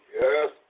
Yes